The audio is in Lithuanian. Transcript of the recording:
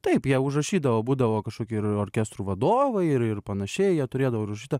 taip jie užrašydavo būdavo kažkoki ir orkestrų vadovai ir ir panašiai jie turėdavo užrašytą